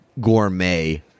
gourmet